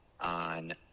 on